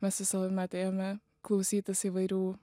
mes visuomet ėjome klausytis įvairių